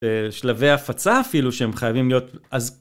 שלבי הפצה אפילו שהם חייבים להיות